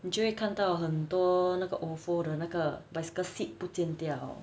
你就会看到很多那个 ofo 的那个 bicycle seat 不见掉